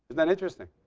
that interesting?